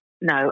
No